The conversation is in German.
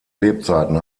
lebzeiten